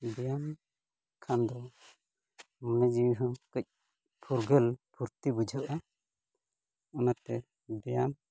ᱵᱮᱭᱟᱢ ᱠᱷᱟᱱ ᱫᱚ ᱢᱚᱱᱮ ᱡᱤᱣᱤ ᱦᱚᱸ ᱠᱟᱹᱡ ᱯᱷᱩᱨᱜᱟᱹᱞ ᱯᱷᱩᱨᱛᱤ ᱵᱩᱡᱷᱟᱹᱜᱼᱟ ᱚᱱᱟᱛᱮ ᱵᱮᱭᱟᱢ